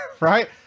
Right